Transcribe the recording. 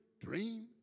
dream